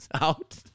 out